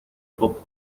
popa